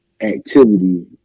activity